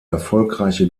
erfolgreiche